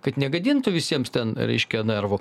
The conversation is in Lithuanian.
kad negadintų visiems ten reiškia nervų